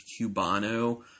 Cubano